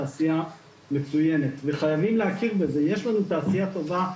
תעשייה מצוינת וחייבים להכיר בזה שיש לנו תעשייה טובה,